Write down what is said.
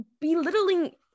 belittling